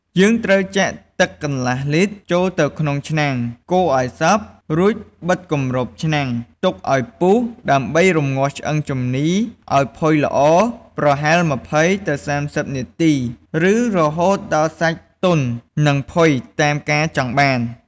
យើងត្រូវចាក់ ទឹកកន្លះលីត្រ ចូលទៅក្នុងឆ្នាំង កូរឱ្យសព្វ រួចបិទគម្របឆ្នាំង ទុកឱ្យពុះ ដើម្បីរំងាស់ឆ្អឹងជំនីរឱ្យផុយល្អ ប្រហែល ២០ ទៅ ៣០ នាទី ឬរហូតដល់សាច់ទន់ និងផុយតាមការចង់បាន។